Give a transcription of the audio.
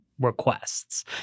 requests